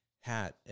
hat